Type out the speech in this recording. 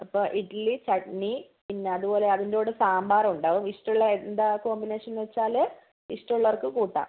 അപ്പോൾ ഇഡ്ഡ്ലി ചട്നി പിന്നെ അതുപോലെ അതിന്റെ കൂടെ സാമ്പാർ ഉണ്ടാവും ഇഷ്ടമുള്ള എന്താണ് കോമ്പിനേഷൻ എന്നുവെച്ചാൽ ഇഷ്ടം ഉള്ളവർക്ക് കൂട്ടാം